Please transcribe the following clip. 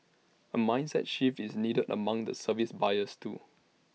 A mindset shift is needed among the service buyers too